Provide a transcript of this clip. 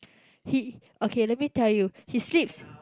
he okay let me tell you he sleeps